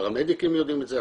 הפרמדיקים יודעים את זה,